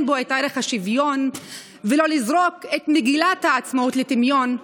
בו את ערך השוויון ולא לזרוק את מגילת העצמאות לטמיון,